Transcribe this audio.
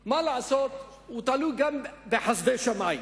שמה לעשות, הוא תלוי גם בחסדי שמים,